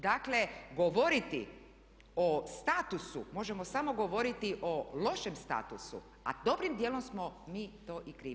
Dakle govoriti o statusu, možemo samo govoriti o lošem statusu a dobrim dijelom smo mi to i krivi.